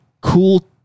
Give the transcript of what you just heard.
cool